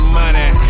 money